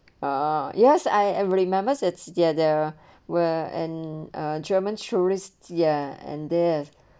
uh yes I every members there there were and ah german tourists ah and there's